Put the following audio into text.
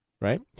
right